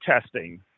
testing